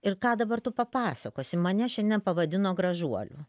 ir ką dabar tu papasakosi mane šiandien pavadino gražuoliu